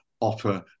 offer